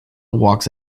walks